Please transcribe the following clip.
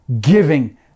giving